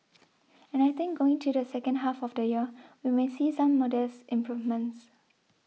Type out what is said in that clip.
and I think going to the second half of the year we may see some modest improvements